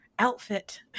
outfit